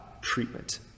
treatment